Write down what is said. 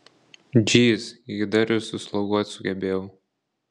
džyz gi dar ir susloguot sugebėjau